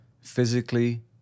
physically